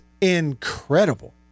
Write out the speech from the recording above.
incredible